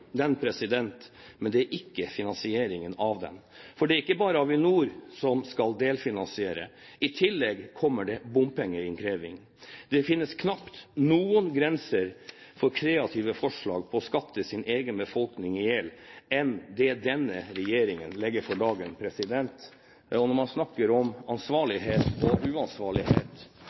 ikke finansieringen av den. For det er ikke bare Avinor som skal delfinansiere – i tillegg kommer det bompengeinnkreving. Det finnes knapt noen grenser for denne regjeringen for kreative forslag på å skatte sin egen befolkning i hjel. Når man snakker om ansvarlighet og uansvarlighet, er det slik at AS Norge, fra revidert budsjett og